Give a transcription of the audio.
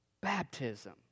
baptism